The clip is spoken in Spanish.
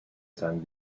san